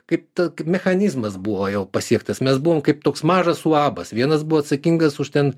kaip ta mechanizmas buvo jau pasiektas mes buvom kaip toks mažas uabas vienas buvo atsakingas už ten